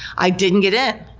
i didn't get in.